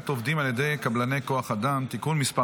עובדים על ידי קבלני כוח אדם (תיקון מס'